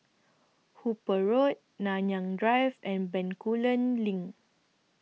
Hooper Road Nanyang Drive and Bencoolen LINK